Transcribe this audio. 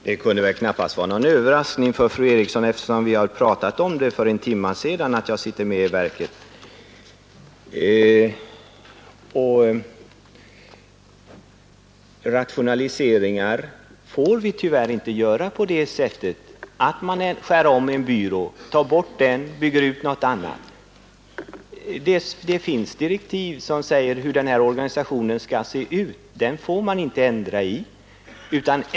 Herr talman! Det kunde väl knappast vara någon överraskning för fru Eriksson att jag sitter med i verket; vi pratade ju om det för en timme sedan. Rationaliseringar får vi ju tyvärr inte göra genom att ändra om en byrå, ta bort den och bygga ut något annat. Det finns direktiv som säger hur den här organisationen skall se ut, och den får man inte ändra.